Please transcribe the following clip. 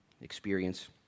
experience